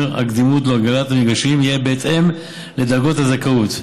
סדר הקדימויות להגרלת המגרשים יהיה בהתאם לדרגות הזכאות,